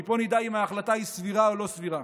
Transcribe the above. מפה נדע אם ההחלטה סבירה או לא סבירה.